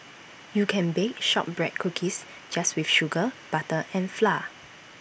you can bake Shortbread Cookies just with sugar butter and flour